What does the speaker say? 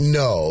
no